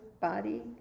body